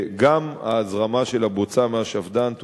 גם ההזרמה של הבוצה מהשפד"ן תופסק,